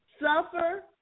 Suffer